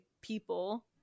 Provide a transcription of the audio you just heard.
people